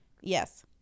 Yes